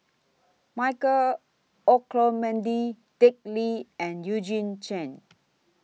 Michael Olcomendy Dick Lee and Eugene Chen